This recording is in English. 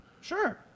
Sure